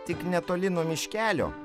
tik netoli nuo miškelio